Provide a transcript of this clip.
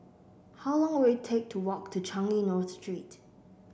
how long will it take to walk to Changi North Street